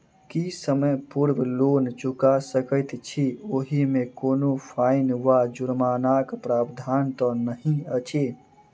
की समय पूर्व लोन चुका सकैत छी ओहिमे कोनो फाईन वा जुर्मानाक प्रावधान तऽ नहि अछि?